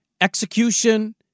execution